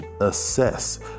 assess